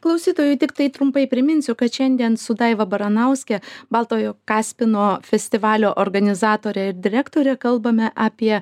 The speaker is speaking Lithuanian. klausytojui tiktai trumpai priminsiu kad šiandien su daiva baranauske baltojo kaspino festivalio organizatore ir direktore kalbame apie